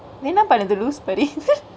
என்ன பன்னுது லூசு மாரி:enna pannuthu loosu maari